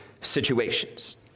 situations